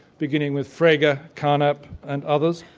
beginning with frege, and carnap and others,